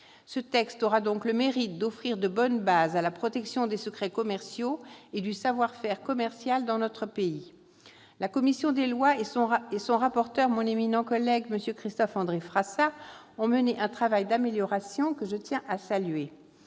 Ce texte aura donc le mérite d'offrir de bonnes bases à la protection des secrets commerciaux et du savoir-faire commercial dans notre pays. La commission des lois et son rapporteur, mon éminent collègue Christophe-André Frassa, ont mené un travail d'amélioration que je tiens à saluer.